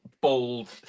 bold